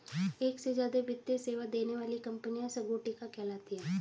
एक से ज्यादा वित्तीय सेवा देने वाली कंपनियां संगुटिका कहलाती हैं